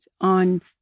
on